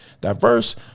diverse